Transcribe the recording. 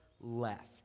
left